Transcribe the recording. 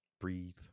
breathe